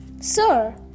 Sir